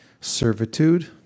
servitude